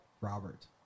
Robert